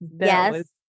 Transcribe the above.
Yes